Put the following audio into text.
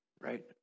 right